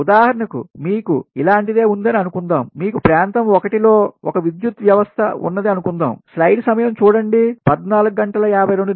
ఉదాహరణకుమీకు ఇలాంటి దే ఉందని అనుకుందాం మీకు ప్రాంతం 1లో ఒక విద్యుత్ వ్యవస్థ ఉన్నది అనుకుందాంఅని అనుకుందాం